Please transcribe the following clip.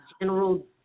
general